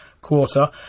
quarter